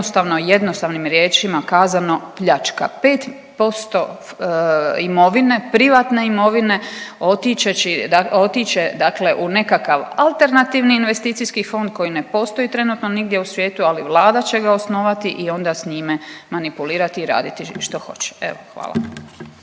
jednostavno jednostavnim riječima kazano pljačka. 5% imovine, privatne imovine otići će dakle u nekakav alternativni investicijski fond koji ne postoji trenutno nigdje u svijetu ali Vlada će osnovati i onda s njime manipulirati i raditi što hoće. Evo, hvala.